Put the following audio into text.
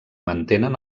mantenen